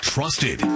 Trusted